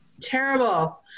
terrible